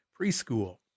Preschool